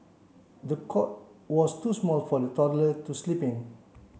the cot was too small for the toddler to sleep in